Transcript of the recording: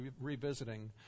revisiting